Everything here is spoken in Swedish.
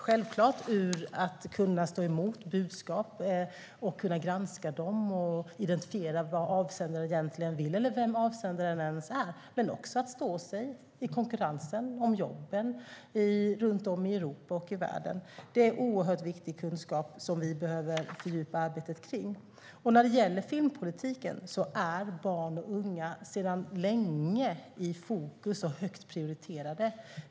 Självklart handlar det om att kunna granska och stå emot budskap, att kunna identifiera vem avsändaren är och vad denna vill och att kunna stå sig i konkurrensen om jobben runt om i Europa och världen. Det är viktig kunskap som vi behöver fördjupa arbetet med. När det gäller filmpolitik är barn och unga sedan länge i fokus och högt prioriterade.